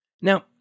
Now